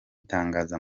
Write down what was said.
itangaza